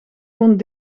woont